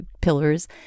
pillars